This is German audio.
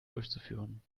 durchzuführen